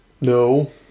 No